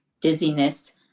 dizziness